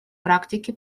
практике